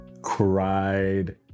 cried